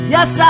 Yes